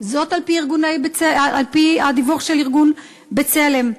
זאת על-פי הדיווח של ארגון "בצלם".